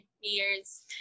years